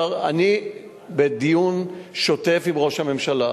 אני בדיון שוטף עם ראש הממשלה.